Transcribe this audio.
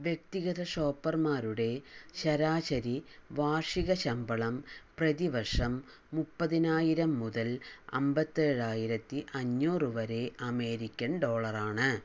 വ്യക്തിഗത ഷോപ്പർമാരുടെ ശരാശരി വാർഷിക ശമ്പളം പ്രതിവർഷം മുപ്പതിനായിരം മുതല് അമ്പത്തേഴായിരത്തി അഞ്ഞൂറ് വരെ അമേരിക്കന് ഡോളറാണ്